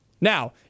Now